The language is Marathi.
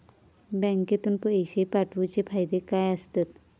बँकेतून पैशे पाठवूचे फायदे काय असतत?